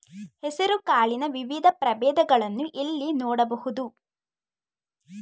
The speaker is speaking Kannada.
ಹೆಸರು ಕಾಳಿನ ವಿವಿಧ ಪ್ರಭೇದಗಳನ್ನು ಎಲ್ಲಿ ನೋಡಬಹುದು?